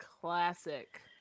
classic